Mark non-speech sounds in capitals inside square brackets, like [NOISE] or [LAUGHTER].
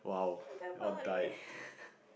damn funny [LAUGHS]